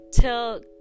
till